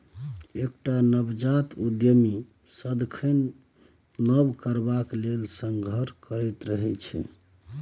एकटा नवजात उद्यमी सदिखन नब करबाक लेल संघर्षरत रहैत छै